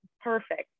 perfect